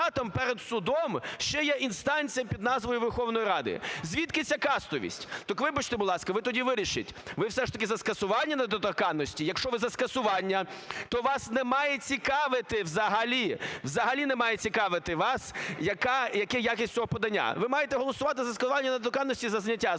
перед судом ще є інстанція під назвою Верховної Ради? Звідки ця кастовість? Так, вибачте, будь ласка, ви тоді вирішіть, ви все ж таки за скасування недоторканності, якщо ви за скасування, то вас не має цікавити взагалі, взагалі немає цікавити вас, яка якість цього подання. Ви маєте голосувати за складання недоторканності, за зняття з